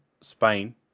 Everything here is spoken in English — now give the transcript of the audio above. Spain